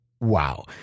Wow